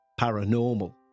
Paranormal